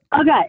Okay